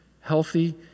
Healthy